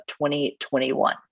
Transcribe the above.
2021